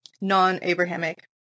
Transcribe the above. non-Abrahamic